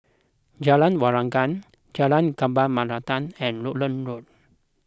Jalan Waringin Jalan Kembang Melati and Rutland Road